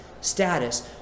status